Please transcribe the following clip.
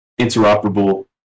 interoperable